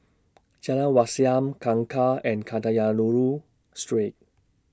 Jalan Wat Siam Kangkar and Kadayanallur Street